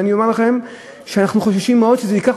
ואני אומר לכם שאנחנו חוששים מאוד שזה ייקח